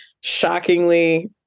shockingly